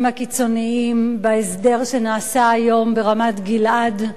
הקיצוניים בהסדר שנעשה היום ברמת-גלעד.